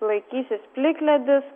laikysis plikledis